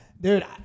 dude